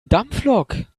dampflok